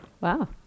Wow